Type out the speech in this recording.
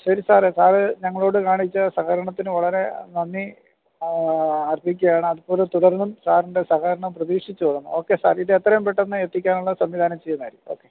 ശരി സാറെ സാർ ഞങ്ങളോട് കാണിച്ച സഹകരണത്തിന് വളരെ നന്ദി അറിയിക്കയാണ് അതുപോലെ തുടർന്നും സാറിൻ്റെ സഹകരണം പ്രതേക്ഷിച്ചുകൊളളുന്നു ഓക്കെ സാർ ഇത് എത്രയും പെട്ടന്ന് എത്തിക്കാനുള്ള സംവിധാനം ചെയ്യുന്നതാണ് ഓക്കെ